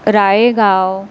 Raigaon